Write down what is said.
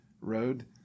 Road